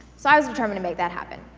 so i was determined to make that happen.